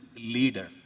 leader